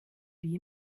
wie